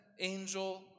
angel